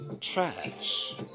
Trash